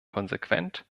konsequent